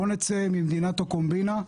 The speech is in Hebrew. בוא נצא ממדינת הקומבינה,